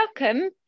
Welcome